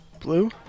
Blue